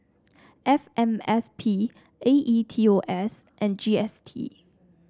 F M S P A E T O S and G S T